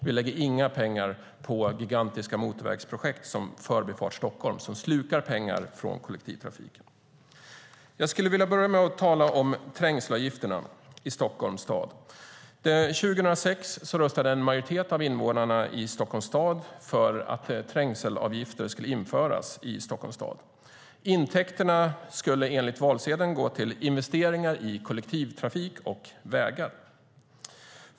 Vi lägger inga pengar på gigantiska motorvägsprojekt som Förbifart Stockholm, som slukar pengar från kollektivtrafiken. Jag skulle vilja börja med att tala om trängselavgifterna i Stockholms stad. År 2006 röstade en majoritet av invånarna i Stockholms stad för att trängselavgifter skulle införas i Stockholms stad. Intäkterna skulle enligt valsedeln gå till investeringar i kollektivtrafik och vägar.